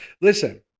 Listen